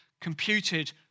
computed